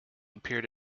appeared